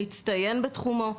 מצטיין בתחומו,